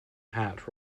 hat